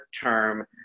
term